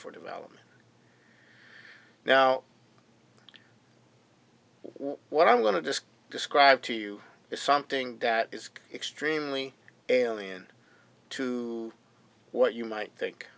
for development now what i want to just describe to you is something that is extremely alien to what you might think